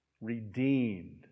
Redeemed